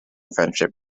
friendship